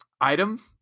item